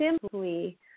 simply